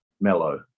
mellow